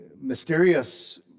Mysterious